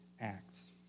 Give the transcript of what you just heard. acts